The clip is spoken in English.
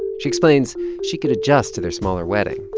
she explains she could adjust to their smaller wedding.